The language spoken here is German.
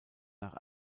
nach